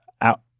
out